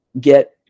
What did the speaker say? get